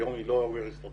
היום היא לא אוגר אסטרטגי.